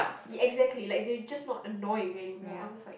exactly like they just not annoying anymore I'm just like